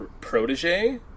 protege